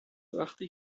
وقتی